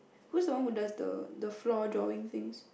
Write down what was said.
who's the one who does the the floor drawing things